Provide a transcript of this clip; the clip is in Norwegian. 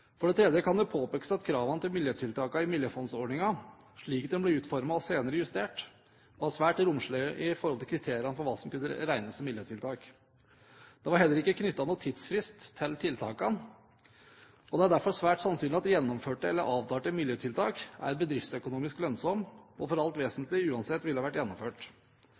For det tredje: Det kan påpekes at kravene til miljøtiltak i miljøfondsordningen, slik den ble utformet og senere justert, var svært romslige med hensyn til kriteriene for hva som kunne regnes som miljøtiltak. Det var heller ikke knyttet noen tidsfrist til tiltakene, og det er derfor svært sannsynlig at gjennomførte eller avtalte miljøtiltak er bedriftsøkonomisk lønnsomme og i det alt vesentlige uansett ville vært gjennomført.